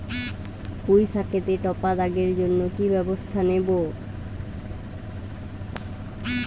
পুই শাকেতে টপা দাগের জন্য কি ব্যবস্থা নেব?